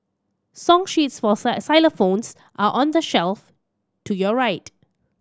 song sheets for xylophones are on the shelf to your right